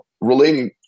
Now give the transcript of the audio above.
relating